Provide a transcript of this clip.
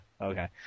Okay